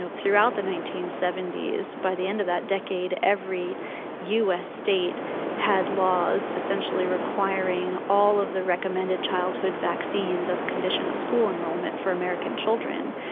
throughout the nineteen seventy s, by the end of that decade every us state had laws essentially requiring all of the recommended childhood vaccines as a condition of school enrolment for american children,